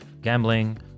gambling